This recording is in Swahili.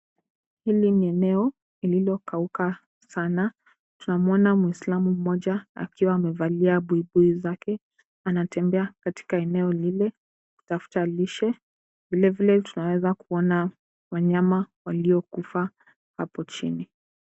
Hili ni eneo lililo kauka sana. Tunamuona muislamu mmoja akiwa amevalia buibui zake. Anatembea katika eneo lile kutafuta lishe. Vile vile tunaweza kuona wanyama waliokufa hapo chini.